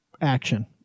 action